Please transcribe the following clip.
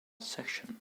section